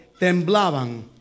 temblaban